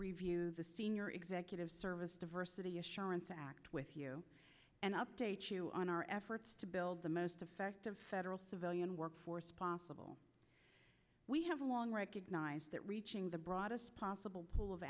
review the senior executive service diversity assurance act with you and update you on our efforts to build the most effective federal civilian workforce possible we have long recognized that reaching the broadest possible pool of